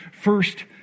first